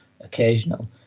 occasional